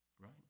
Right